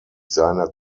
seiner